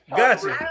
gotcha